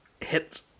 hit